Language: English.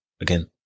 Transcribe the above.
again